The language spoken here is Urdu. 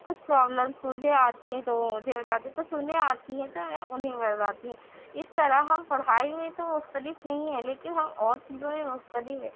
کچھ پروبلمس مجھے آتی ہیں تو وہ مجھے وہ بتاتی کچھ انہیں آتی ہے تو میں انہیں بتاتی ہوں اس طرح ہم پڑھائی میں تو مختلف نہیں ہیں لیکن ہم اور چیزوں میں مختلف ہیں